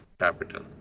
capital